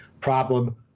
problem